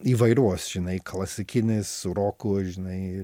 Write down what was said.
įvairios žinai klasikinės roku žinai